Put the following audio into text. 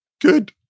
Good